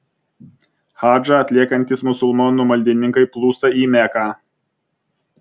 hadžą atliekantys musulmonų maldininkai plūsta į meką